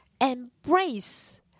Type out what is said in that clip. embrace